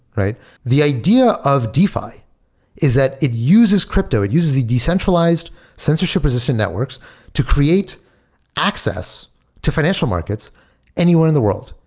the idea of defi is that it uses crypto. it uses the decentralized censorship resistant networks to create access to financial markets anywhere in the world,